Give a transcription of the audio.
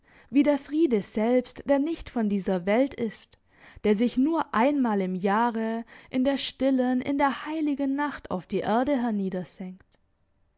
wie der friede selbst der nicht von dieser welt ist der sich nur einmal im jahre in der stillen in der heiligen nacht auf die erde